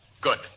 Good